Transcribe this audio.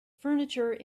furniture